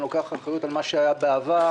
אני לוקח אחריות על מה שהיה בעבר,